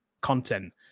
content